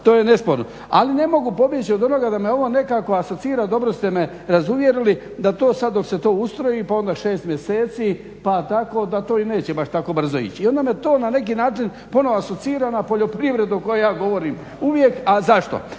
To je nesporno. Ali ne mogu pobjeći od onoga da me ovo nekako asocira dobro ste me razuvjerili da to sad dok se to ustroji pa onda 6 mjeseci, pa tako da to i neće baš tako brzo ići. I onda me to na neki način ponovo asocira na poljoprivredu o kojoj ja govorim uvijek. A zašto?